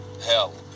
hell